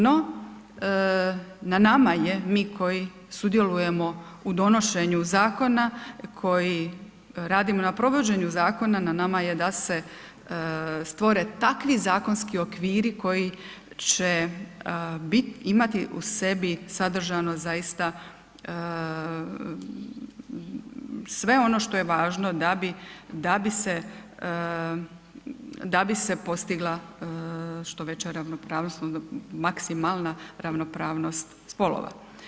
No, na nama je, mi koji sudjelujemo u donošenju Zakona, koji radimo na provođenju Zakona, na nama je da se stvore takvi zakonski okviri koji će bit, imati u sebi sadržano zaista sve ono što je važno da bi, da bi se postigla što veća ravnopravnost, maksimalna ravnopravnost spolova.